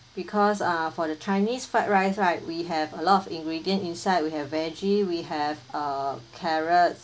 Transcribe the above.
because uh for the chinese fried rice right we have a lot of ingredient inside we have veggie we have uh carrots